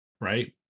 right